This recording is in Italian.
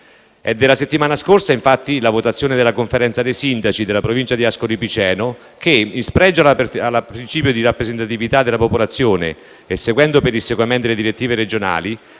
È della settimana scorsa, infatti, la votazione della conferenza dei sindaci della provincia di Ascoli Piceno che, in spregio al principio di rappresentatività della popolazione e seguendo pedissequamente le direttive regionali,